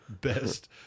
Best